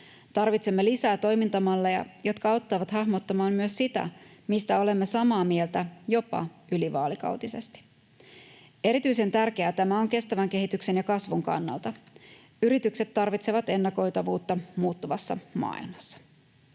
Tarvitsemme lisää toimintamalleja, jotka auttavat hahmottamaan myös sitä, mistä olemme samaa mieltä, jopa ylivaalikautisesti. Erityisen tärkeää tämä on kestävän kehityksen ja kasvun kannalta. Yritykset tarvitsevat ennakoitavuutta muuttuvassa maailmassa.